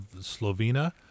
Slovenia